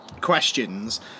questions